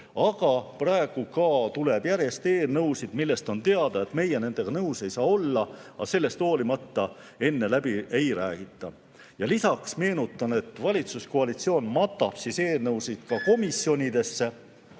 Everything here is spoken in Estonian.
Aga praegu ka tuleb järjest eelnõusid, mille kohta on teada, et meie nendega nõus ei saa olla, sellest hoolimata enne läbi ei räägita. Lisaks meenutan, et valitsuskoalitsioon matab eelnõusid ka komisjonidesse.